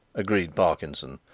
agreed parkinson,